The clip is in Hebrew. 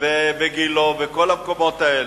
וגילה וכל המקומות האלה.